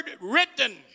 written